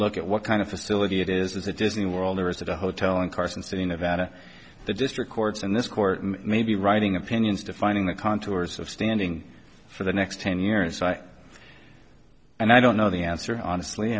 look at what kind of facility it is a disney world or is it a hotel in carson city nevada the district courts and this court may be writing opinions defining the contours of standing for the next ten years and i don't know the answer honestly